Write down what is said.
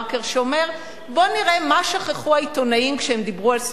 שאומר: בואו נראה מה שכחו העיתונאים כשהם דיברו על סתימת פיות,